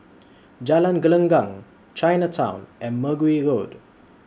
Jalan Gelenggang Chinatown and Mergui Road